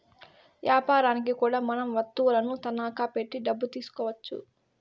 యాపారనికి కూడా మనం వత్తువులను తనఖా పెట్టి డబ్బు తీసుకోవచ్చు